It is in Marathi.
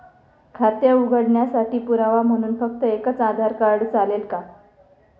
खाते उघडण्यासाठी पुरावा म्हणून फक्त एकच आधार कार्ड चालेल का?